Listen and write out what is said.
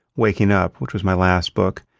waking up, which was my last book.